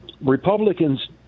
republicans